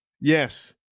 Yes